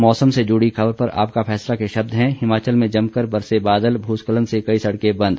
मौसम जुड़ी खबर पर आपका फैसला के शब्द हैं हिमाचल में जमकर बरसे बादल भूस्खलन से कई सड़कें बंद